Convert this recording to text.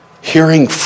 Hearing